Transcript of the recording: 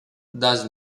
das